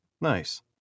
Nice